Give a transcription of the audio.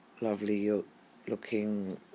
lovely-looking